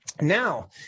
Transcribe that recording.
Now